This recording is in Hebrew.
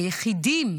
היחידים